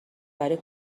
برای